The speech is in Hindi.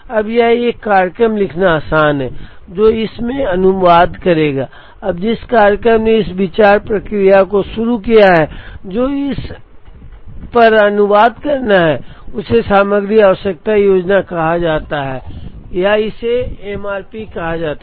अब यह एक कार्यक्रम लिखना आसान है जो इस में अनुवाद करेगा अब जिस कार्यक्रम ने इस विचार प्रक्रिया को शुरू किया है जो इसे इस पर अनुवाद करना है उसे सामग्री आवश्यकता योजना कहा जाता है या इसे एमआरपी कहा जाता है